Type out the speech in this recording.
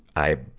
i,